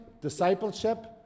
discipleship